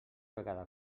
vegada